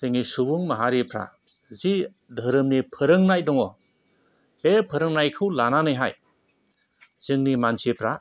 जोंनि सुबुं माहारिफ्रा जि धोरोमनि फोरोंनाय दङ बे फोरोंनायखौ लानानैहाय जोंनि मानसिफ्रा